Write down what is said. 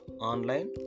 online